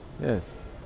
yes